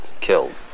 killed